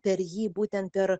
per jį būtent per